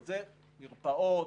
מרפאות.